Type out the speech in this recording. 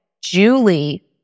Julie